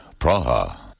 Praha